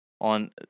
on